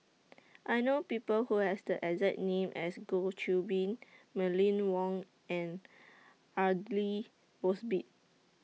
I know People Who Have The exact name as Goh Qiu Bin Mylene Wong and Aidli Mosbit